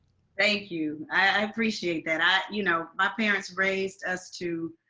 thank you. i appreciate that. ah you know my parents raised us to